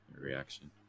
reaction